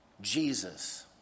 Jesus